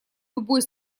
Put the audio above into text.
любой